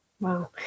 Wow